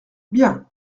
bien